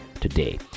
today